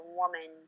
woman